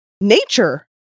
nature